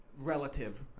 Relative